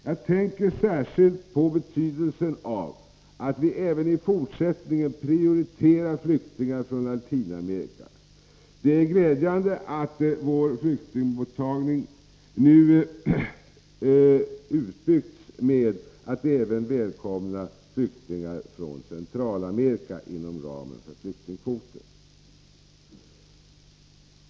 Jag tänker särskilt på betydelsen av att vi även i fortsättningen prioriterar flyktingar från Latinamerika. Det är glädjande att vår mottagning av flyktingar nu utvidgats, så att även flyktingar från Centralamerika välkomnas inom ramen för flyktingkvoten.